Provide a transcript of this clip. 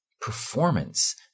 performance